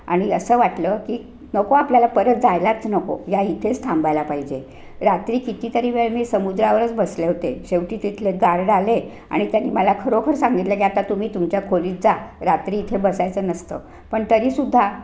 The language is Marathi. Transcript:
आणि असं वाटलं की नको आपल्याला परत जायलाच नको या इथेच थांबायला पाहिजे रात्री कितीतरी वेळ मी समुद्रावरच बसले होते शेवटी तिथले गार्ड आले आणि त्यांनी मला खरोखर सांगितलं की आता तुम्ही तुमच्या खोलीत जा रात्री इथे बसायचं नसतं पण तरी सुद्धा